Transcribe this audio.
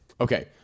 Okay